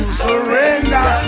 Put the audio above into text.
surrender